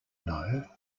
know